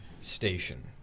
station